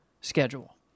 schedule